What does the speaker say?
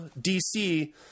DC